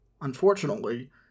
unfortunately